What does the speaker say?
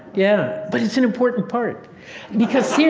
yeah. but it's an important part because,